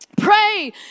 Pray